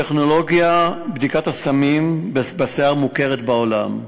טכנולוגיית בדיקת הסמים בשיער מוכרת בעולם.